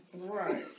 Right